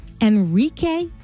Enrique